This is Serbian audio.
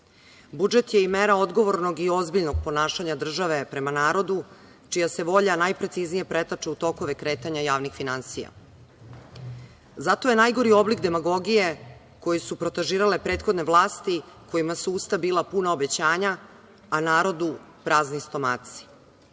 je i mera odgovornog i ozbiljnog ponašanja države prema narodu, čija se volja najpreciznije pretače u tokove kretanja javnih finansija. Zato je najgori oblik demagogije koji su protažirale prethodne vlasti, kojima su usta bila puna obećanja, a narodu prazni stomaci. Setimo